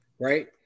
right